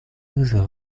вызовы